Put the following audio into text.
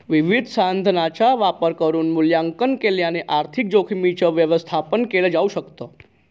विविध साधनांचा वापर करून मूल्यांकन केल्याने आर्थिक जोखीमींच व्यवस्थापन केल जाऊ शकत